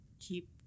keep